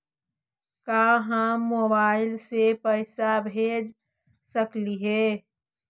का हम मोबाईल से पैसा भेज सकली हे?